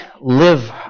live